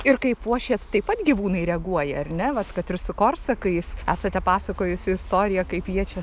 ir kai puošėt taip pat gyvūnai reaguoja ar ne vat kad ir su korsakais esate pasakojusi istoriją kaip jie čia